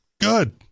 Good